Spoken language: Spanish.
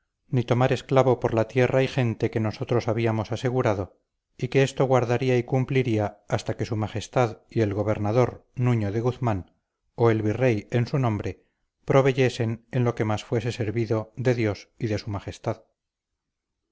ni tomar esclavo por la tierra y gente que nosotros habíamos asegurado y que esto guardaría y cumpliría hasta que su majestad y el gobernador nuño de guzmán o el virrey en su nombre proveyesen en lo que más fuese servido de dios y de su majestad